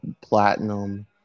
Platinum